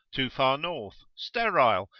too far north, sterile,